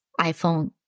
iPhone